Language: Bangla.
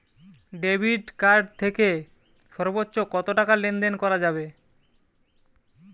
ডেবিট কার্ড থেকে সর্বোচ্চ কত টাকা লেনদেন করা যাবে?